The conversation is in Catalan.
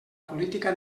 política